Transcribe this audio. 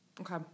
Okay